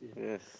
Yes